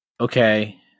okay